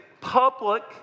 public